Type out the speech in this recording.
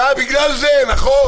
בגלל זה, נכון...